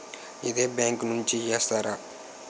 ఇదే బ్యాంక్ నుంచి చేస్తారా?